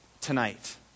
tonight